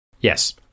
Yes